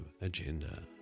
agenda